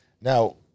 Now